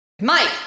Mike